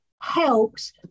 helps